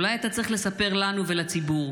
אולי אתה צריך לספר לנו ולציבור,